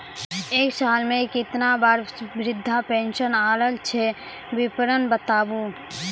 एक साल मे केतना बार वृद्धा पेंशन आयल छै विवरन बताबू?